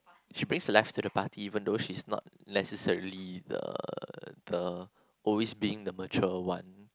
she based left to the party even though she's not necessarily the the always being the mature one